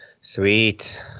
Sweet